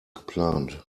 geplant